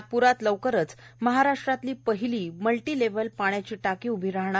नागपुरात लवकरच महाराष्ट्रातली पहिली मल्टी लेव्हल पाण्याची टाकी उभी राहणार